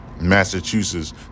Massachusetts